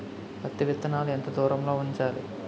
పత్తి విత్తనాలు ఎంత దూరంలో ఉంచాలి?